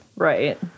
Right